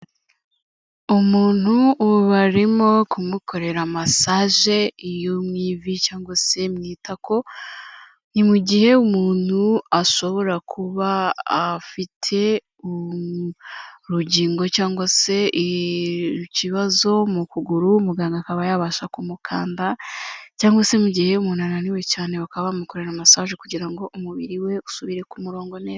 Umuntu barimo kumukorera massage yo mu ivi cyangwa se mu itako, ni mu gihe umuntu ashobora kuba afite urugingo cyangwa se ikibazo mu kuguru, umuganga akaba yabasha kumukanda, cyangwa se mu gihe umuntu ananiwe cyane bakaba bamukorera massage kugira ngo umubiri we usubire ku murongo neza.